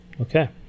Okay